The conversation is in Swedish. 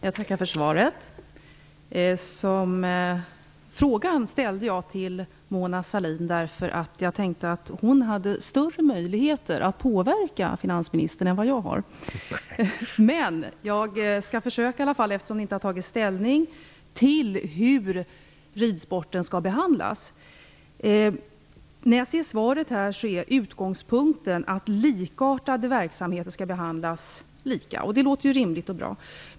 Herr talman! Jag tackar för svaret. Frågan ställde jag till Mona Sahlin, därför att jag trodde att hon hade större möjligheter att påverka finansministern än vad jag har. Men jag skall i alla fall försöka, eftersom ni inte har tagit ställning till hur ridsporten skall behandlas. Enligt svaret är utgångspunkten att likartade verksamheter skall behandlas lika. Det låter ju rimligt och bra.